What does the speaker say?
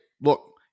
Look